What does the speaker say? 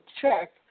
check